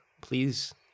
please